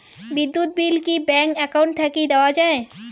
বিদ্যুৎ বিল কি bank account থাকি দেওয়া য়ায়?